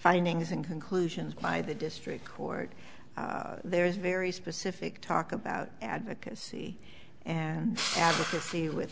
findings and conclusions by the district court there is very specific talk about advocacy and advocacy with